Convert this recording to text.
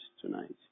tonight